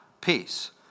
peace